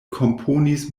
komponis